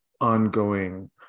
ongoing